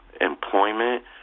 employment